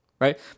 Right